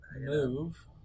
Move